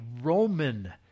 Roman